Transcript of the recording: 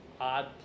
odd